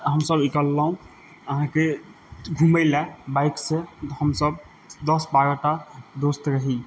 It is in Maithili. हमसब निकललहुॅं अहाँके घुमय लए बाइक सऽ हमसब दस बारह टा दोस्त रही